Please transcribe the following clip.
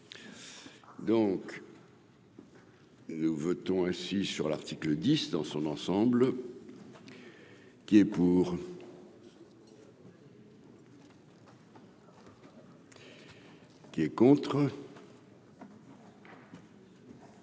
Donc. Nous votons ainsi sur l'article 10 dans son ensemble. Qui est pour. Qui est contre.